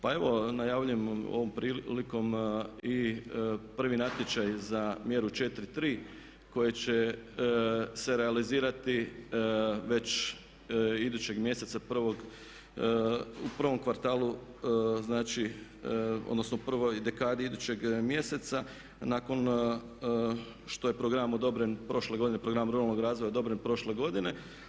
Pa evo najavljujem ovom prilikom i prvi natječaj za Mjeru 4.3 koja će se realizirati već idućeg mjeseca u prvom kvartalu znači odnosno u prvoj dekadi idućeg mjeseca nakon što je program odobren prošle godine, program ruralnog razvoja koji je odobren prošle godine.